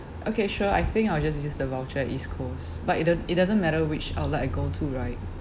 okay sure I think I'll just use the voucher at east coast but it don't it doesn't matter which outlet I go to right